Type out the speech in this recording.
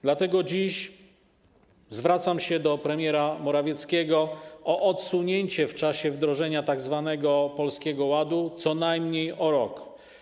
Dlatego dziś zwracam się do premiera Morawieckiego o odsunięcie w czasie wdrożenia tzw. Polskiego Ładu co najmniej o rok.